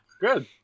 Good